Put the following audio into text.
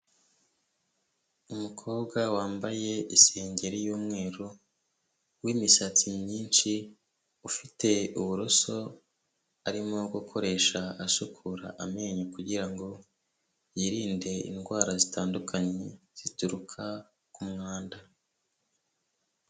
Umukobwa wambaye isengeri y'umweru w'imisatsi myinshi ufite uburoso, arimo gukoresha asukura amenyo kugirango yirinde indwara zitandukanye zituruka kumwanda.